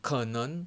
可能